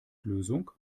lösung